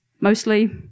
mostly